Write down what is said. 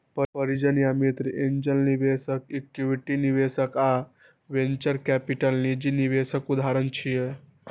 परिजन या मित्र, एंजेल निवेशक, इक्विटी निवेशक आ वेंचर कैपिटल निजी निवेशक उदाहरण छियै